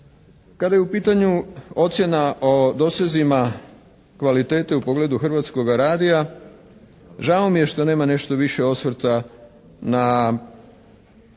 Kada je u pitanju ocjena u dosezima kvalitete u pogledu Hrvatskoga radija žao mi je što nema nešto više osvrta na